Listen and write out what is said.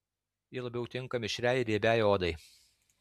ji labiau tinka mišriai ir riebiai odai